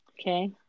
Okay